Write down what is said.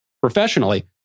professionally